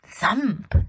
Thump